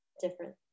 different